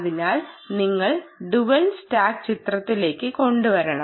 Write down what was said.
അതിനാൽ നിങ്ങൾ dual stack ചിത്രത്തിലേക്ക് കൊണ്ടുവരണം